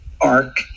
arc